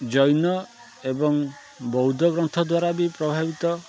ଜୈନ ଏବଂ ବୌଦ୍ଧ ଗ୍ରନ୍ଥ ଦ୍ୱାରା ବି ପ୍ରଭାବିତ